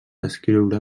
escriure